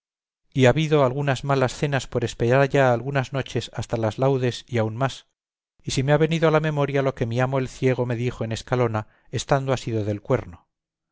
y habido algunas malas cenas por esperalla algunas noches hasta las laudes y aún más y se me ha venido a la memoria lo que mi amo el ciego me dijo en escalona estando asido del cuerno